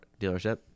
dealership